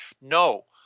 No